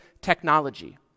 technology